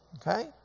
Okay